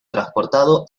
transportado